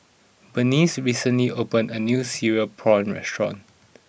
Berneice recently opened a new cereal prawns restaurant